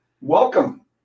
Welcome